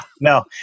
no